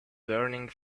burning